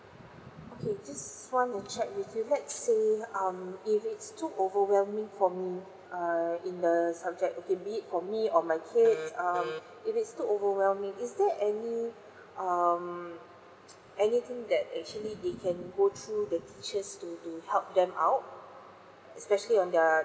okay just want to check with you let says um if it's too overwhelming for me err in the subject okay be it for me or my kids um if it's too overwhelming is there any um anything that actually they can go through the teachers to to help them out especially on their